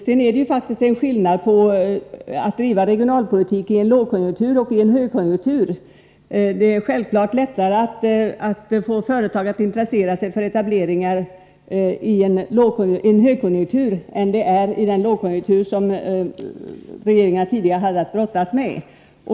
Det är en skillnad mellan att driva regionalpolitik i en lågkonjunktur och att göra det i en högkonjunktur. Det är självfallet lättare att få företag att intressera sig för etableringar i en högkonjunktur än det var i den lågkonjunktur som regeringarna tidigare hade att brottas med.